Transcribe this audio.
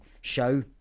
show